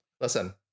Listen